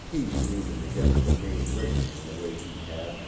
he leaning against the main rigging in the way he had